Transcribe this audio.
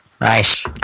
Nice